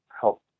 help